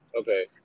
Okay